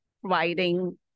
providing